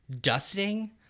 dusting